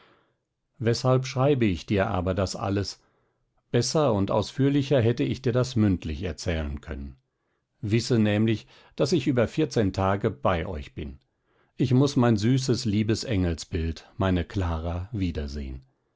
weshalb schreibe ich dir aber das alles besser und ausführlicher hätte ich dir das mündlich erzählen können wisse nämlich daß ich über vierzehn tage bei euch bin ich muß mein süßes liebes engelsbild meine clara wiedersehen